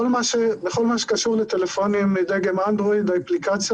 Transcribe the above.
שקשור לטלפונים מדגם אנדרואיד האפליקציה